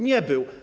Nie był.